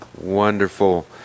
Wonderful